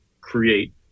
create